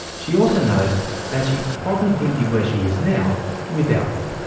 she also knows that she probably wouldn't be where she is now without them.